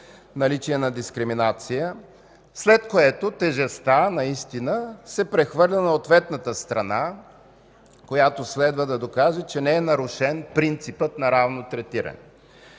наличие на дискриминация, след което тежестта се прехвърля на ответната страна, която следва да докаже, че не е нарушен принципът на равно третиране.